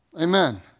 Amen